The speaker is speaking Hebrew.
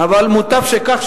אבל מוטב שכך,